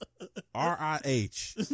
r-i-h